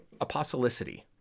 apostolicity